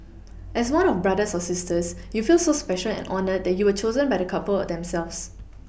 as one of Brothers or Sisters you feel so special and honoured that you were chosen by the couple themselves